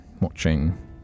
watching